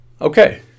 Okay